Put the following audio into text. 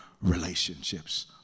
relationships